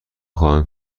خواهم